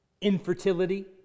infertility